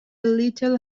little